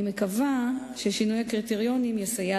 אני מקווה ששינוי הקריטריונים יסייע